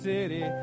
City